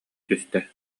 түстэ